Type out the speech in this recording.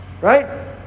Right